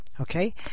Okay